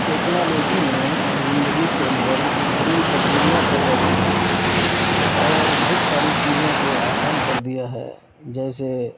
technology نے زندگی کے اندر بڑی تبدیلیاں پیدا کی ہیں اور بہت ساری چیزوں کو آسان کر دیا ہے جیسے